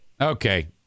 okay